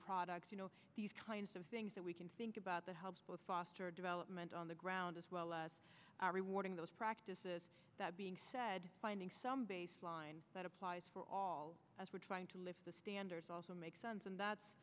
products you know these kinds of things that we can think about that helps both foster development on the ground as well as rewarding those practices that being said finding some baseline that applies for all as we're trying to lift the standards also make sense and that's